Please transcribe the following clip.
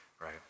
right